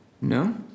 no